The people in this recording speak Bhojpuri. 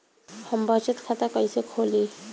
हम बचत खाता कईसे खोली?